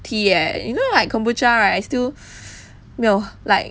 tea eh you know like kombucha right still 没有 like